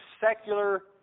secular